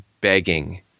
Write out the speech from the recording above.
begging